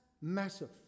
massive